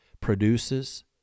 produces